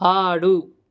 ఆడు